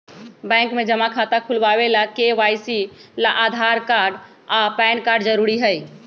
bank में जमा खाता खुलावे ला के.वाइ.सी ला आधार कार्ड आ पैन कार्ड जरूरी हई